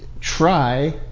try